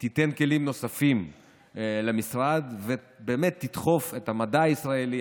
היא תיתן כלים נוספים למשרד ובאמת תדחוף את המדע הישראלי,